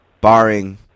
barring